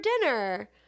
dinner